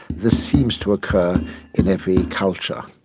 this seems to occur in every culture,